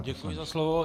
Děkuji za slovo.